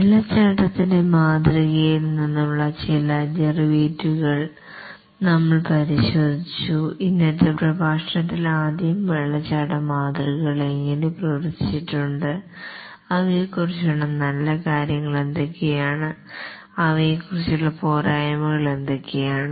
വാട്ടർഫാൾന്റെ മാതൃകയിൽ നിന്നുള്ള ചില ഡെറിവേറ്റീവുകൾ നമ്മൾ പരിശോധിച്ചു ഇന്നത്തെ പ്രഭാഷണത്തിൽ ആദ്യം വാട്ടർഫാൾ മാതൃകകൾ എങ്ങനെ പ്രവർത്തിച്ചിട്ടുണ്ട് അവയെക്കുറിച്ചുള്ള നല്ല കാര്യങ്ങൾ എന്തൊക്കെയാണ് അവയെക്കുറിച്ചുള്ള പോരായ്മകൾ എന്തൊക്കെയാണ്